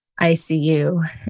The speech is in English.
ICU